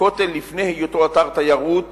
הכותל, לפני היותו אתר תיירות